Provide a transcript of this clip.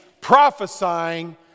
prophesying